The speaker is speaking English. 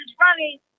running